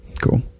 cool